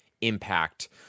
impact